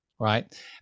Right